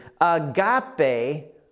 agape